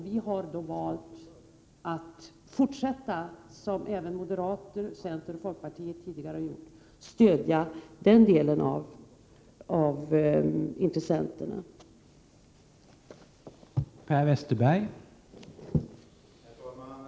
Vi har då valt att fortsätta att stödja de intressenterna — som moderater, centerpartister och folkpartister tidigare har gjort.